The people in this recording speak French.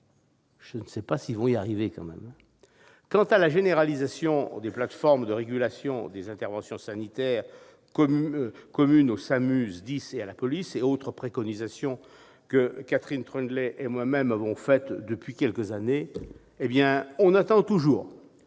Je ne sais pas s'ils vont y parvenir ... Quant à la généralisation des plateformes de régulation des interventions sanitaire communes au SAMU, au SDIS et à la police, et autres préconisations que Catherine Troendlé et moi-même formulons depuis quelques années, ... Depuis